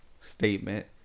statement